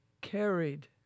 carried